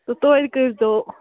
تہٕ تُہۍ کٔرۍزیٚو